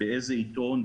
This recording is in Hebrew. באיזה עיתון,